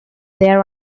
their